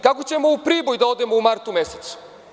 Kako ćemo u Priboj da odemo u martu mesecu?